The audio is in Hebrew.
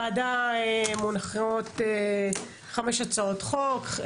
הוועדה מונחות חמש הצעות חוק,